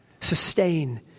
sustain